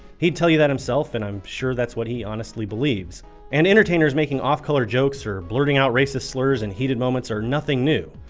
he'd tell you that himself and i'm sure that's what he honestly believes and entertainers making off-color jokes or blurting out racist slurs in and heated moments are nothing new.